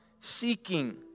seeking